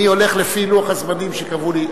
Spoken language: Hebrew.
אני הולך לפי לוח הזמנים שקבעו לי.